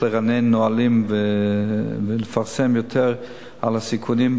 לרענן נהלים ולפרסם יותר על הסיכונים,